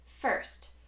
First